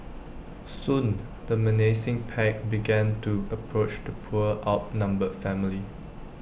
soon the menacing pack began to approach the poor outnumbered family